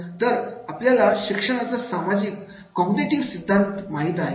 तर आपल्याला शिक्षणाचा सामाजिक कॉग्निटिव्ह सिद्धांत माहित आहे